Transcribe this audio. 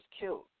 killed